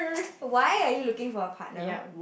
why are you looking for a partner